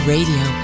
Radio